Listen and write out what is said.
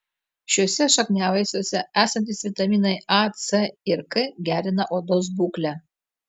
šiuose šakniavaisiuose esantys vitaminai a c ir k gerina odos būklę